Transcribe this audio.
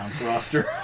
roster